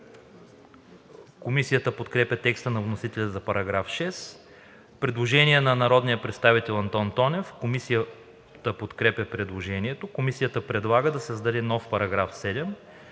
Комисията подкрепя текста на вносителя за § 6. Предложение на народния представител Антон Тонев. Комисията приема предложението. Комисията предлага да се създаде нов § 7: „§ 7.